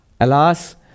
Alas